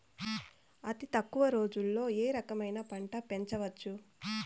అతి తక్కువ రోజుల్లో ఏ రకమైన పంట పెంచవచ్చు?